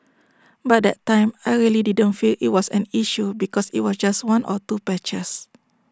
but that time I really didn't feel IT was an issue because IT was just one or two patches